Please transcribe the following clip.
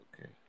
okay